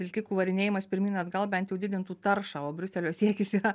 vilkikų varinėjimas pirmyn atgal bent jau didintų taršą o briuselio siekis yra